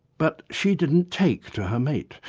but she didn't take to her mate.